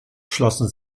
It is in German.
schlossen